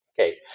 okay